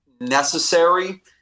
necessary